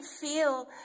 feel